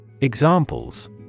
Examples